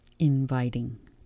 inviting